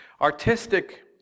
Artistic